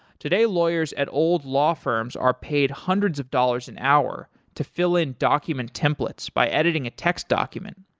today, lawyers at old law firms are paid hundreds of dollars an hour to fill in document templates by editing a text document.